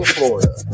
Florida